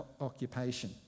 occupation